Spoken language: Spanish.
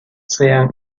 sean